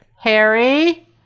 Harry